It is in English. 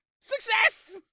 Success